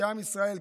כעם ישראל,